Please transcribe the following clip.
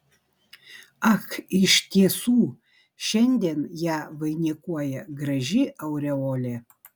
ak iš tiesų šiandien ją vainikuoja graži aureolė